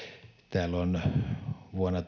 täällä on vuonna